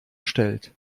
stellt